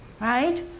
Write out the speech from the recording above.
right